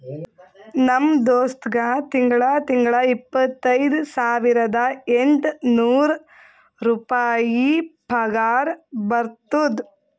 ನಮ್ ದೋಸ್ತ್ಗಾ ತಿಂಗಳಾ ತಿಂಗಳಾ ಇಪ್ಪತೈದ ಸಾವಿರದ ಎಂಟ ನೂರ್ ರುಪಾಯಿ ಪಗಾರ ಬರ್ತುದ್